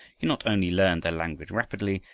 he not only learned their language rapidly,